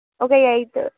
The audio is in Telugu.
ఒక ఎయిట్